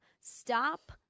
Stop